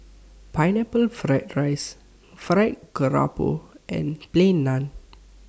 Pineapple Fried Rice Fried Garoupa and Plain Naan